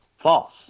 false